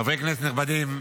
חברי כנסת נכבדים,